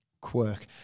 quirk